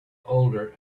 older